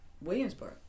Williamsburg